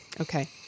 Okay